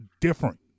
different